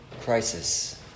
crisis